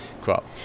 crop